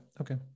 okay